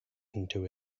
into